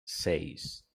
seis